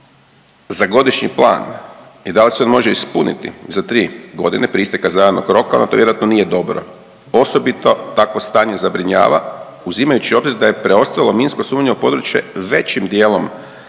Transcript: za godišnji plan i da li se on može ispuniti za tri godine prije isteka zadanog roka, onda to vjerojatno nije dobro. Osobito takvo stanje zabrinjava uzimajući u obzir da je preostalo minsko sumnjivo područje većim dijelom